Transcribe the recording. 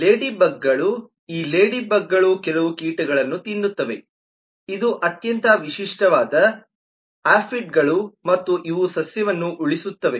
ಲೇಡಿಬಗ್ಗಳು ಈ ಲೇಡಿಬಗ್ಗಳು ಕೆಲವು ಕೀಟಗಳನ್ನು ತಿನ್ನುತ್ತವೆ ಇದು ಅತ್ಯಂತ ವಿಶಿಷ್ಟವಾದ ಆಫಿಡ್ಗಳು ಮತ್ತು ಇವು ಸಸ್ಯವನ್ನು ಉಳಿಸುತ್ತವೆ